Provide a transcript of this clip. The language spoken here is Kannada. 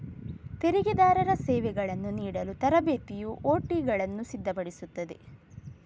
ತೆರಿಗೆದಾರರ ಸೇವೆಗಳನ್ನು ನೀಡಲು ತರಬೇತಿಯು ಒ.ಟಿಗಳನ್ನು ಸಿದ್ಧಪಡಿಸುತ್ತದೆ